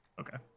Okay